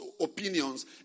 opinions